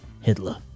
Hitler